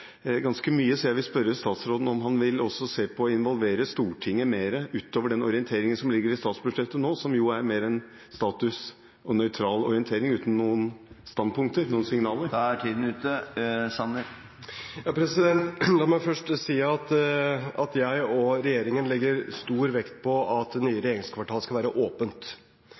orienteringen som ligger i statsbudsjettet nå, som er mer en statusoppdatering og en nøytral orientering uten standpunkter og signaler. La meg først si at jeg og regjeringen legger stor vekt på at det nye